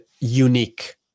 unique